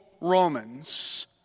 Romans